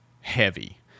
heavy